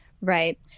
Right